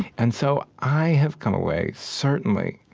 and so i have come away, certainly,